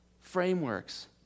frameworks